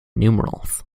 numerals